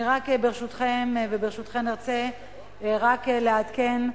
אני, ברשותכן, ארצה רק לעדכן.